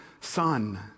Son